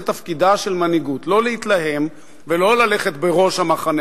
זה תפקידה של מנהיגות: לא להתלהם ולא ללכת בראש המחנה